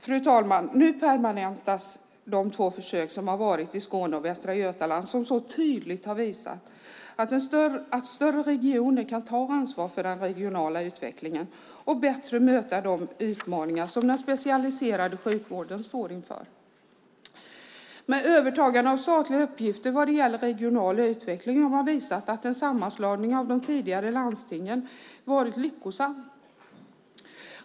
Fru talman! Nu permanentas de två försöksverksamheter i Skåne och Västra Götaland som så tydligt har visat att större regioner kan ta ansvar för den regionala utvecklingen och bättre möta de utmaningar som den specialiserade sjukvården står inför. Med övertagandet av statliga uppgifter när det gäller den regionala utvecklingen har man visat att sammanslagningen av de tidigare landstingen varit lyckosam.